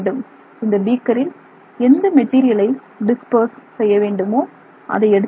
இந்த பீக்கரில் எந்த மெட்டீரியலை பரப்ப வேண்டுமோ அதை எடுத்துக் கொள்ள வேண்டும்